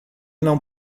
não